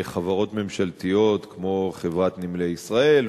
לחברות ממשלתיות כמו חברת "נמלי ישראל",